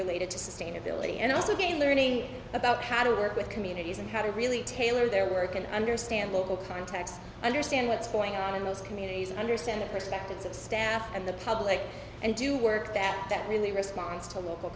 related to sustainability and also again learning about how to work with communities and how to really tailor their work and understand local context understand what's going on in those communities and understand the perspectives of staff and the public and do work that really responds to local